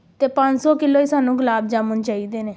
ਅਤੇ ਪੰਜ ਸੌ ਕਿਲੋ ਹੀ ਸਾਨੂੰ ਗੁਲਾਬ ਜਾਮੁਨ ਚਾਹੀਦੇ ਨੇ